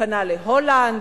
פנה להולנד?